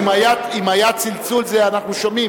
אם היה צלצול, זה אנחנו שומעים.